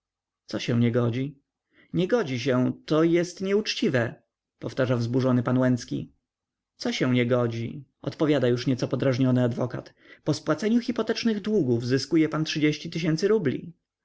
co się nie godzi nie godzi się to jest nieuczciwie powtarza wzburzony pan łęcki co się nie godzi odpowiada już nieco podrażniony adwokat po spłaceniu hypotecznych długów zyskuje pan trzydzieści tysięcy rubli